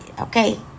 Okay